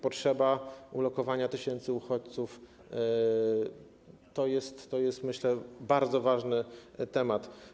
Potrzeba ulokowania tysięcy uchodźców to jest, myślę, bardzo ważny temat.